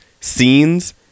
scenes